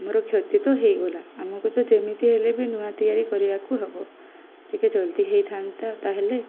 ଆମର କ୍ଷତି ତ ହେଇଗଲା ଆମକୁ ତ ଯେମିତି ହେଲେ ବି ନୂଆ ତିଆରି କରିବାକୁ ହବ ଟିକେ ଜଲ୍ଦି ହେଇଥାନ୍ତା ତା'ହେଲେ